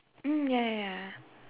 mm ya ya ya